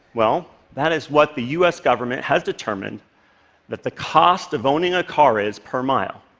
well, that is what the us government has determined that the cost of owning a car is per mile.